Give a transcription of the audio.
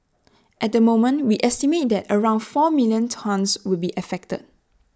at the moment we estimate that around four million tonnes would be affected